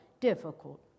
difficult